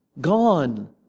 gone